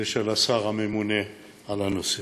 ושל השר הממונה על הנושא.